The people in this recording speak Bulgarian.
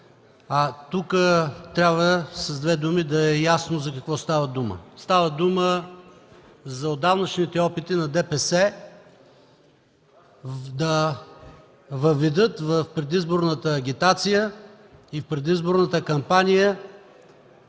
Тук трябва с две думи да е ясно за какво става дума. Става дума за отдавнашните опити на ДПС да въведе в предизборната агитация и предизборната кампания